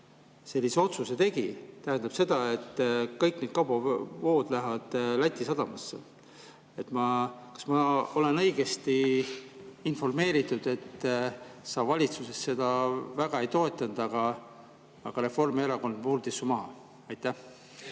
sellise otsuse tegi, tähendab seda, et kõik need kaubavood lähevad Läti sadamasse. Kas ma olen õigesti informeeritud, et sa valitsuses seda väga ei toetanud, aga Reformierakond murdis su maha?